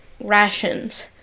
rations